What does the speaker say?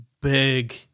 big